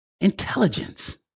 intelligence